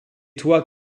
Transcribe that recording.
toi